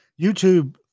YouTube